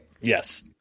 Yes